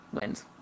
wins